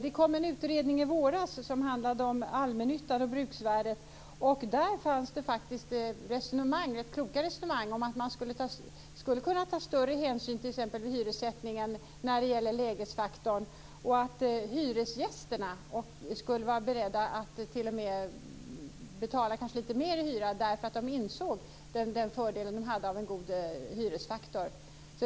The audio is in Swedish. Det lades fram en utredning i våras om allmännyttan och bruksvärdessystemet. Där fanns det faktiskt ett klokt resonemang om att ta större hänsyn vid hyressättningen när det gäller lägesfaktorn. Hyresgästerna skulle t.o.m. vara beredda att betala lite mer i hyra därför att de insåg fördelen med en god hyresfaktor.